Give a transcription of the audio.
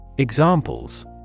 Examples